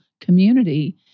community